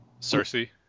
Cersei